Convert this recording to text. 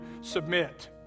submit